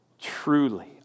truly